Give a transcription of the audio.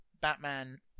Batman